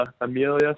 Amelia